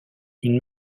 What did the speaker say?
une